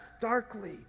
darkly